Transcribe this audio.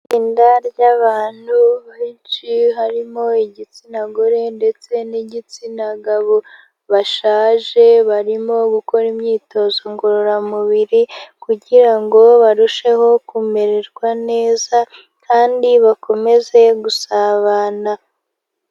Itsinda ry'abantu benshi harimo igitsina gore ndetse n'igitsina gabo bashaje, barimo gukora imyitozo ngororamubiri kugira ngo barusheho kumererwa neza, kandi bakomeze gusabana.